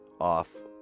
off